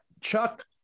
Chuck